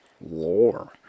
lore